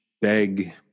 beg